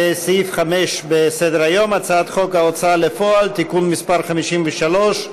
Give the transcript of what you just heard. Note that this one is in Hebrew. סעיף 5 בסדר-היום: הצעת חוק ההוצאה לפועל (תיקון מס' 53)